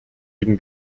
ирнэ